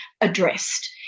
addressed